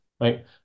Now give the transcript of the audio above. right